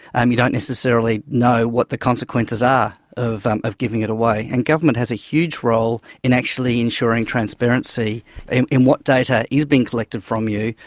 um you don't necessarily know what the consequences are of um of giving it away. and government has a huge role in actually ensuring transparency in what data is being collected from you,